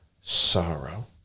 sorrow